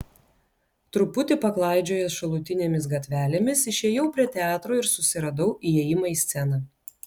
truputį paklaidžiojęs šalutinėmis gatvelėmis išėjau prie teatro ir susiradau įėjimą į sceną